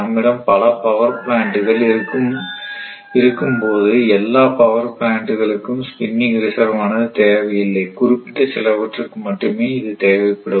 நம்மிடம் பல பவர் பிளான்ட்கள் இருக்கும் போது எல்லாம் பவர் பிளான்ட்களுக்கும் ஸ்பின்னிங் ரிசர்வ் ஆனது தேவையில்லை குறிப்பிட்ட சிலவற்றுக்கு மட்டுமே அவை தேவைப்படும்